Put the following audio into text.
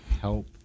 help